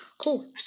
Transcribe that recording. Cool